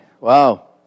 Wow